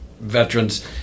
veterans